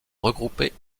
regroupées